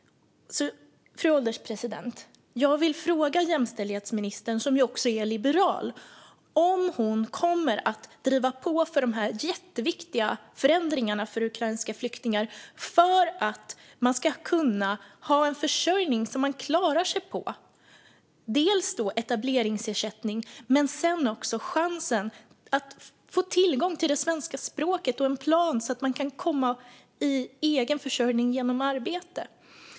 Fru ålderspresident! Jag vill fråga jämställdhetsministern, som ju också är liberal, om hon kommer att driva på för dessa jätteviktiga förändringar för ukrainska flyktingar för att de ska kunna ha en försörjning som de kan klara sig på. Dels handlar det om en etableringsersättning, dels om chansen att få tillgång till det svenska språket och en plan så att de kan komma i egen försörjning genom arbete.